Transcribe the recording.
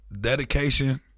Dedication